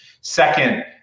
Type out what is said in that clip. Second